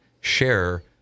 share